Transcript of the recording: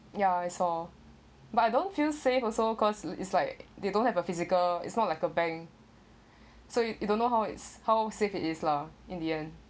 ya I saw but I don't feel safe also cause it's like they don't have a physical it's not like a bank so you you don't know how is how safe it is lah in the end